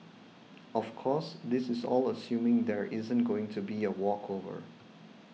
of course this is all assuming there isn't going to be a walkover